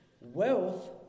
wealth